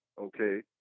okay